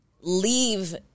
leave